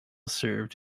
served